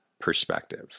perspective